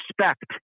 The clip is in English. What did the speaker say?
respect